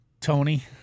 Tony